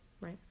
right